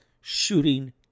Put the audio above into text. shooting